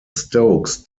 stokes